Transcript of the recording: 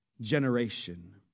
generation